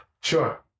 Sure